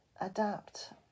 adapt